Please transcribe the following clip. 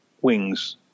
wings